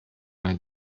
vingt